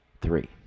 three